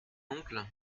oncle